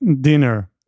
dinner